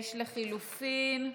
ויש לחלופין.